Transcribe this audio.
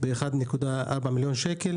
ב-1.4 מיליון ₪.